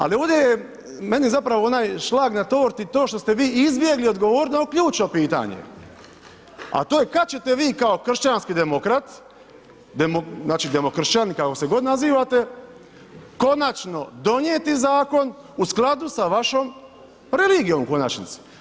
Ali ovdje je meni zapravo onaj šlag na torti to što ste vi izbjegli odgovoriti na ovo ključno pitanje, a to je kad ćete vi kao kršćanski demokrat, znači, demokršćan, kako se god nazivate, konačno donijeti zakon u skladu sa vašom religijom, u konačnici?